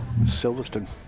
Silverstone